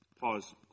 Pause